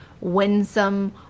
winsome